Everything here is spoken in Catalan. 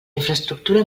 infraestructura